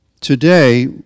Today